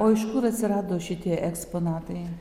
o iš kur atsirado šitie eksponatai